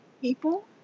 people